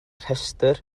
rhestr